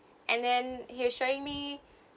and then he was showing me